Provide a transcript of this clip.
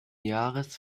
jahres